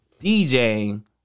DJing